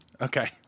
Okay